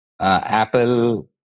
Apple